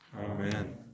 Amen